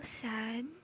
sad